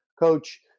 Coach